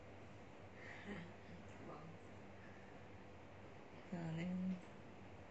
ya then